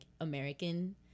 American